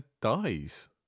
dies